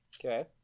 Okay